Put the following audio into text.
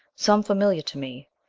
some familiar to me,